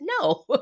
No